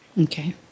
Okay